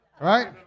right